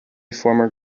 former